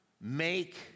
make